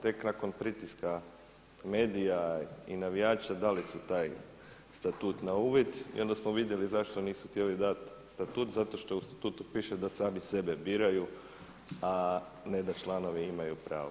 Tek nakon pritiska medija i navijača dali su taj statut na uvid i onda smo vidjeli zašto nisu htjeli dati statut zato što u statutu piše da sami sebe biraju a ne da članovi imaju pravo.